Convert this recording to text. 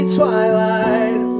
twilight